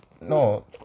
No